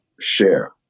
share